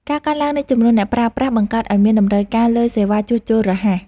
ការកើនឡើងនៃចំនួនអ្នកបើកបរ បង្កើតឱ្យមានតម្រូវការលើសេវាជួសជុលរហ័ស។